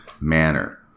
manner